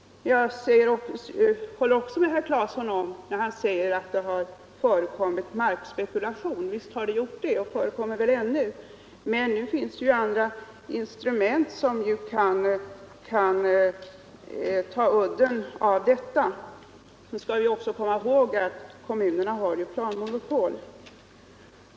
Jag håller med herr Claeson, när han säger att markspekulation har förekommit. Visst har så varit fallet, och markspekulation förekommer väl ännu. Men nu finns andra instrument som kan ta udden av den. Vi skall också komma ihåg kommunernas planmonopol.